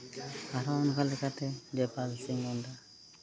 ᱟᱨᱦᱚᱸ ᱚᱱᱠᱟ ᱞᱮᱠᱟᱛᱮ ᱡᱚᱭᱯᱟᱞ ᱥᱤᱝ ᱢᱩᱱᱰᱟ